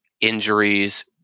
injuries